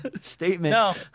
statement